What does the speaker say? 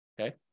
Okay